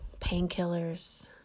Painkillers